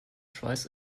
schweiß